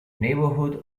neighborhood